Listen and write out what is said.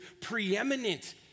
preeminent